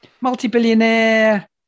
multi-billionaire